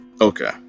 okay